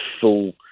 full